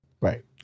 Right